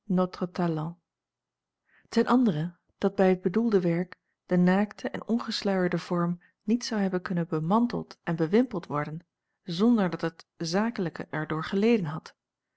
ten andere dat bij het bedoelde werk de naakte en ongesluierde vorm niet zou hebben kunnen bemanteld en bewimpeld worden zonder dat het zaaklijke er door geleden had